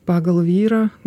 pagal vyrą